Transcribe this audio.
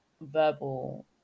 verbal